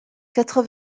quatre